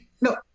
No